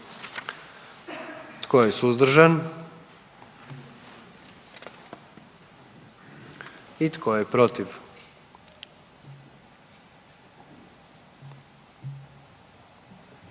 Tko je suzdržan? I tko je protiv?